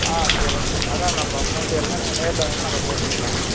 ஆ சரிங்க சார் அதான் நம்ப அமௌண்ட் எல்லாம் நீங்கள் நேரில் வந்தீங்கன்னா நம்ம பேசிக்கலாண்ணா